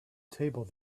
table